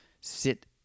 sit